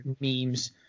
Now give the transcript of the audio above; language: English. memes